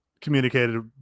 communicated